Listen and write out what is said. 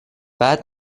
بعد